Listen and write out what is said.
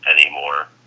anymore